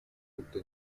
будто